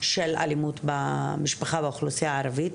של אלימות במשפחה באוכלוסיה הערבית.